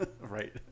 Right